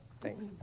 Thanks